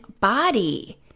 body